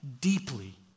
deeply